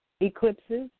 eclipses